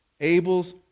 Abel's